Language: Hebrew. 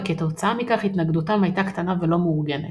וכתוצאה מכך התנגדותם הייתה קטנה ולא מאורגנת.